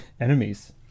enemies